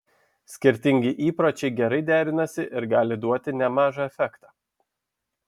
skirtingi įpročiai gerai derinasi ir gali duoti nemažą efektą